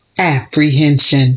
apprehension